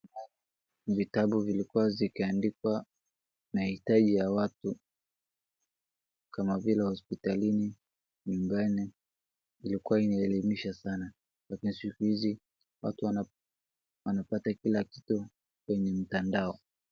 Vitabu vilikua zikiandikwa na hitaji ya watu kama vile hopsitalini, nyumbani, ilikua inaelimisha sana lakini siku hizi watu wanapata kila kitu kwenye mitandao.